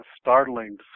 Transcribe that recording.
startling